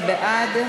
מי בעד?